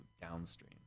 downstream